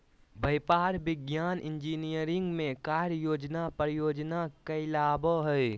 व्यापार, विज्ञान, इंजीनियरिंग में कार्य योजना परियोजना कहलाबो हइ